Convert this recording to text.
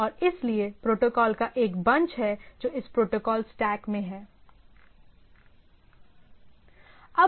और इसलिए प्रोटोकॉल का एक बंच है जो इस प्रोटोकॉल स्टैक में हैं